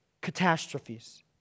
catastrophes